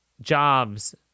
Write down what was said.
jobs